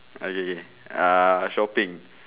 okay okay okay ah shopping